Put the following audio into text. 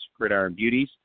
gridironbeauties